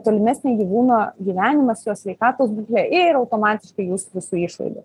tolimesnį gyvūno gyvenimas jo sveikatos būklė ir automatiškai jūsų visų išlaidų